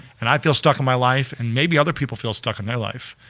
and i feel stuck in my life and maybe other people feel stuck in their life.